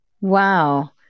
Wow